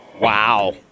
Wow